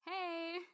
hey